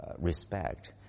respect